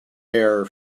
air